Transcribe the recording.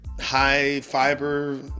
high-fiber